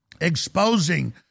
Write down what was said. exposing